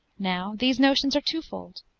now these notions are twofold,